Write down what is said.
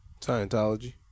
Scientology